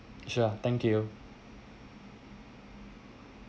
sure thank you